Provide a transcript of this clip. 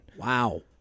Wow